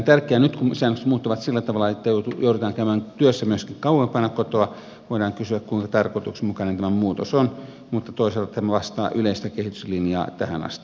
nyt kun säännökset muuttuvat sillä tavalla että joudutaan käymään työssä myöskin kauempana kotoa voidaan kysyä kuinka tarkoituksenmukainen tämä muutos on mutta toisaalta tämä vastaa yleistä kehityslinjaa tähän asti